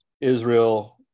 Israel